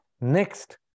Next